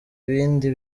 ibindi